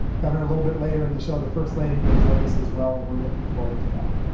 governor a little bit later in the show, the first lady will join us as well, and we're looking forward to that.